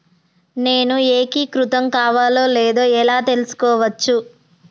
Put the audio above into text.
నేను ఏకీకృతం కావాలో లేదో ఎలా తెలుసుకోవచ్చు?